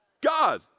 God